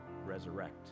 resurrect